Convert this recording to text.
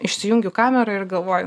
išsijungiu kamerą ir galvoju